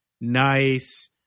nice